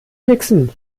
mixen